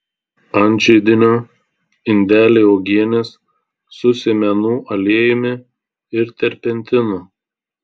ant židinio indeliai uogienės su sėmenų aliejumi ir terpentinu